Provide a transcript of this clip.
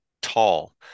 tall